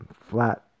flat